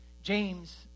James